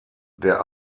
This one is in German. der